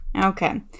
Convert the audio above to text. Okay